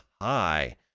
high